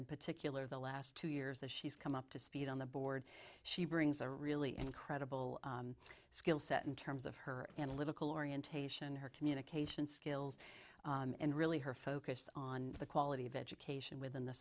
in particular the last two years that she's come up to speed on the board she brings a really incredible skill set in terms of her analytical orientation her communication skills and really her focus on the quality of education within the